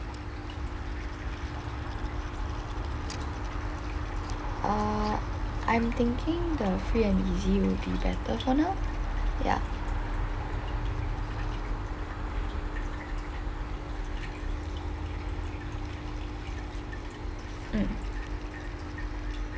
err I'm thinking the free and easy would be better for now ya mm